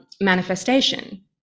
manifestation